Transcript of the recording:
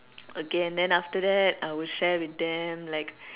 again after that I'll share with them like